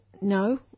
no